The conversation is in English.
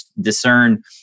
discern